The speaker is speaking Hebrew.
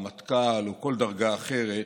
רמטכ"ל או כל דרגה אחרת,